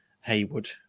Haywood